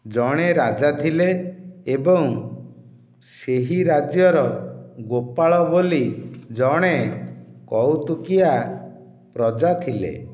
ଜଣେ ରାଜା ଥିଲେ ଏବଂ ସେହି ରାଜ୍ୟର ଗୋପାଳ ବୋଲି ଜଣେ କୌତୁକିଆ ପ୍ରଜା ଥିଲେ